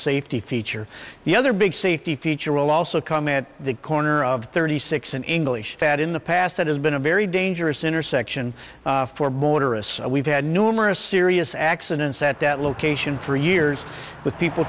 safety feature the other big safety feature will also come at the corner of thirty six an english that in the past that has been a very dangerous intersection for border us we've had numerous serious accidents at that location for years with people